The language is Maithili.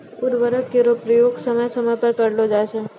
उर्वरक केरो प्रयोग समय समय पर करलो जाय छै